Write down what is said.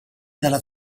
dalla